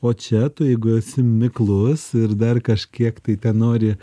o čia tu jeigu esi miklus ir dar kažkiek tai ten nori